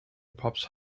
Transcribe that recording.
pups